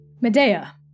Medea